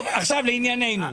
לענייננו.